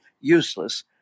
useless